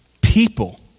people